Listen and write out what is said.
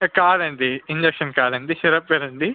కాదండి ఇంజక్షన్ కాదు అండి సిరప్పే అండి